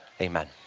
Amen